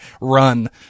run